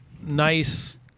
nice